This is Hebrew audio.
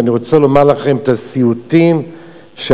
ואני רוצה לומר לכם את הסיוטים שעברנו,